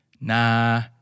Nah